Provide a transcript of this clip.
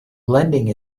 blending